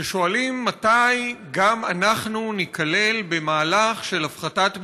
ששואלים: מתי גם אנחנו ניכלל במהלך של הפחתת מחירים?